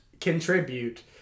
contribute